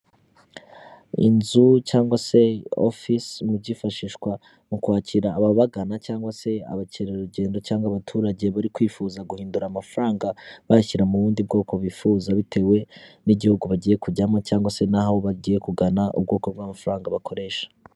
Inzu cyangwa se ofise mu byifashishwa mu kwakira ababagana cyangwa se abakerarugendo cyangwa abaturage bari kwifuza guhindura amafaranga bayashyira mu bundi bwoko bifuza bitewe n'igihugu bagiye kujyamo cyangwa se n'aho bagiye kugana ubwoko bw'amafaranga bakoresha.